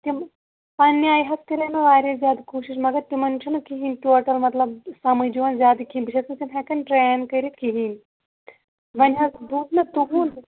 تِم پَنٕنہِ آیہِ حظ کَریے مےٚ واریاہ زیادٕ کوٗشِش مَگر تِمن چھُنہٕ کِہیٖنٛۍ ٹوٹَل مطلب سَمجھ یِوان زیادٕ کیٚنٛہہ بہٕ چھَس نہٕ تِم ہیٚکَن ٹرین کٔرِتھ کِہیٖنٛۍ وۅنۍ حظ بوٗز مےٚ تُہُنٛد